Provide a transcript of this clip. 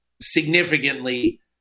significantly